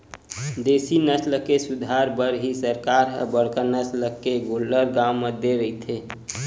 देसी नसल के सुधार बर ही सरकार ह बड़का नसल के गोल्लर गाँव म दे रहिथे